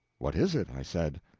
what is it? i said.